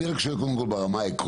אני רק שואל ברמה העקרונית.